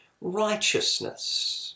righteousness